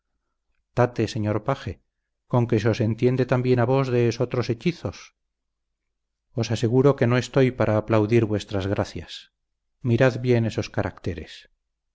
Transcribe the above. tate señor paje con que se os entiende también a vos de esotros hechizos os aseguro que no estoy para aplaudir vuestras gracias mirad bien esos caracteres